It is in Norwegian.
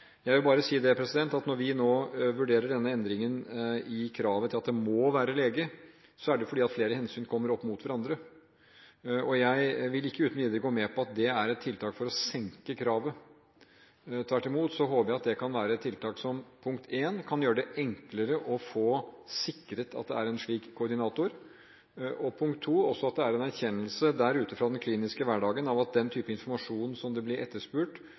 Jeg vil bare si at når vi nå vurderer denne endringen i kravet til at det må være lege, er det jo fordi flere hensyn kommer opp mot hverandre. Jeg vil ikke uten videre gå med på at det er et tiltak for å senke kravet. Tvert imot håper jeg at det kan være et tiltak som – punkt 1 – kan gjøre det enklere å få sikret at det er en slik koordinator, og – punkt 2 – at det er en erkjennelse der ute i den kliniske hverdagen av at den type informasjon som blir etterspurt,